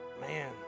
man